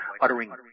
uttering